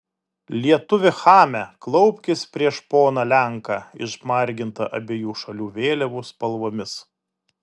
lietuvi chame klaupkis prieš poną lenką išmargintą abiejų šalių vėliavų spalvomis